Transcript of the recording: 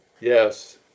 Yes